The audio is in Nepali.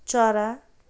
चरा